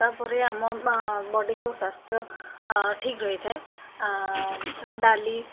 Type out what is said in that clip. ତା'ପରେ ଆମ ବଡ଼ିକୁ ସ୍ଵାସ୍ଥ୍ୟ ଠିକ୍ ରହିଥାଏ ଡାଲି